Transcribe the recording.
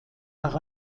nach